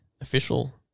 official